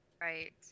right